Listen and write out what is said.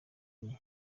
nke